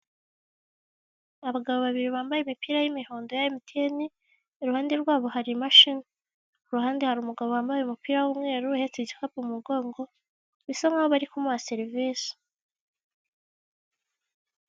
Abagabo babiri bambaye imipira y'imihondo ya MTN, iruhande rwabo hari imashini, ku ruhande hari umugabo wambaye umupira w'umweru uhetse igikapu mu mugongo, bisa nk'aho bari kumuha serivisi.